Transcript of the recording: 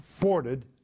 boarded